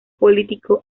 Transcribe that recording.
político